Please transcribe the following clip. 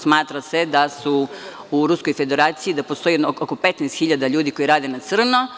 Smatra se da u Ruskoj Federaciji postoji oko 15 hiljada ljudi koji rade na crno.